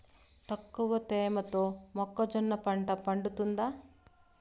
తక్కువ తేమతో మొక్కజొన్న పంట పండుతుందా?